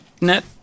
net